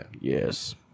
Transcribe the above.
Yes